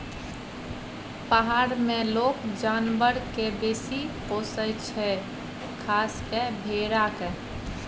पहार मे लोक जानबर केँ बेसी पोसय छै खास कय भेड़ा केँ